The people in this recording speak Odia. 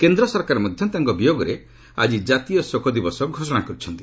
କେନ୍ଦ୍ ସରକାର ମଧ୍ୟ ତାଙ୍କ ବିୟୋଗରେ ଆଜି ଜାତୀୟ ଶୋକଦିବସ ଘୋଷଣା କରିଛନ୍ତି